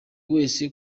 wese